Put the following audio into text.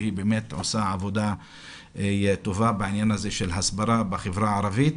שהיא באמת עושה עבודה טובה בעניין הזה של הסברה בחברה הערבית,